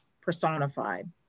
personified